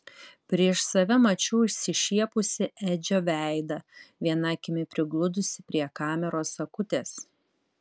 prieš save mačiau išsišiepusį edžio veidą viena akimi prigludusį prie kameros akutės